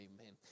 amen